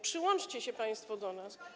Przyłączcie się państwo do nas.